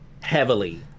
heavily